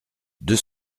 deux